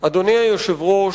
אדוני היושב-ראש,